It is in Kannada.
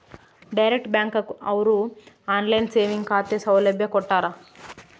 ಡೈರೆಕ್ಟ್ ಬ್ಯಾಂಕ್ ಅವ್ರು ಆನ್ಲೈನ್ ಸೇವಿಂಗ್ ಖಾತೆ ಸೌಲಭ್ಯ ಕೊಟ್ಟಾರ